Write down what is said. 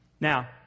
Now